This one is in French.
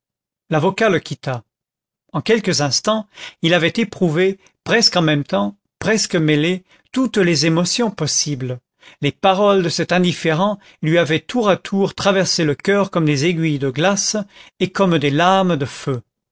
l'avocat le quitta en quelques instants il avait éprouvé presque en même temps presque mêlées toutes les émotions possibles les paroles de cet indifférent lui avaient tour à tour traversé le coeur comme des aiguilles de glace et comme des lames de feu